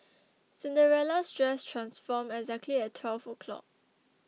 cinderella's dress transformed exactly at twelve o'clock